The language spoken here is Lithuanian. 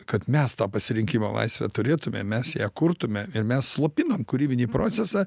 kad mes tą pasirinkimo laisvę turėtume mes ją kurtume ir mes slopinam kūrybinį procesą